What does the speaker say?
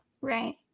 Right